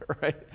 right